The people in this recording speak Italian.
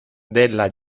della